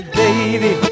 baby